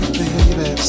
baby